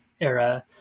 era